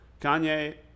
Kanye